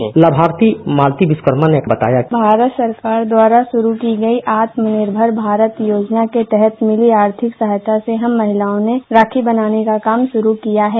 bite लामार्थी मालती विश्वकमा भारत सरकार द्वारा शुरू की गई आत्मनिर्मर भारत योजना के तहत मिली आर्थिक सहायता से हम महिलाओं ने राखी बनाने का काम शुरू किया है